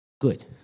Good